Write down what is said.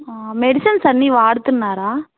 medicines అన్నీ వాడుతున్నారా